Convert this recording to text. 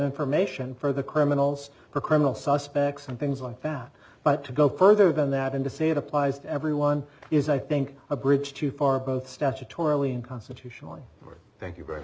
information for the criminals or criminal suspects and things like that but to go further than that and to say it applies to everyone is i think a bridge too far both statutorily and constitutionally thank you ver